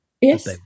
Yes